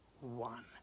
one